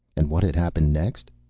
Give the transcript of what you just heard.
and what had happened next?